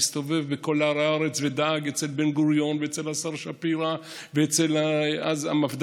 הסתובב בכל הארץ ודאג אצל בן-גוריון ואצל השר שפירא ואצל המפד"ל,